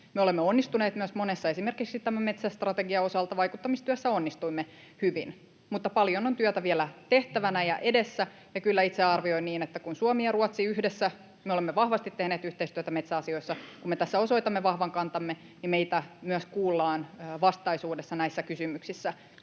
olemme onnistuneet myös monessa, esimerkiksi tämän metsästrategian osalta vaikuttamistyössä onnistuimme hyvin, mutta paljon on työtä vielä tehtävänä ja edessä. Ja kyllä itse arvioin niin, että kun Suomi ja Ruotsi yhdessä — me olemme vahvasti tehneet yhteistyötä metsäasioissa — kun me tässä osoitamme vahvan kantamme, niin meitä myös kuullaan vastaisuudessa näissä kysymyksissä.